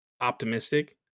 optimistic